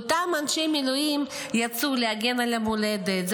אותם אנשי מילואים יצאו להגן על המולדת,